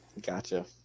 Gotcha